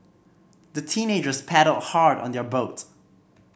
the teenagers paddled hard on their boat